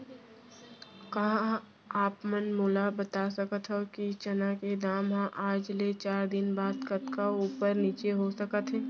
का आप मन मोला बता सकथव कि चना के दाम हा आज ले चार दिन बाद कतका ऊपर नीचे हो सकथे?